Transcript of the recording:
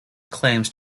claims